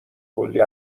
کلی